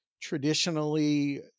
traditionally